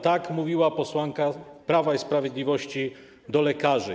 Tak mówiła posłanka Prawa i Sprawiedliwości do lekarzy.